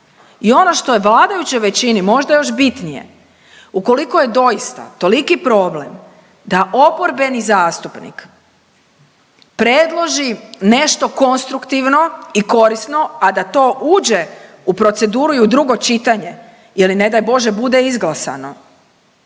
i ono što je vladajućoj većini možda još bitnije, ukoliko je doista toliki problem da oporbeni zastupnik predloži nešto konstruktivno i korisno, a da to uđe u proceduru i u drugo čitanje ili ne daj Bože, bude izglasano,